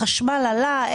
החשמל עלה.